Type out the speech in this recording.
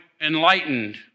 enlightened